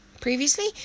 previously